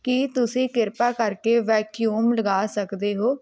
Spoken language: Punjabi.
ਕੀ ਤੁਸੀਂ ਕਿਰਪਾ ਕਰਕੇ ਵੈਕਿਊਮ ਲਗਾ ਸਕਦੇ ਹੋ